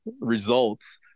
results